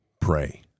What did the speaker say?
pray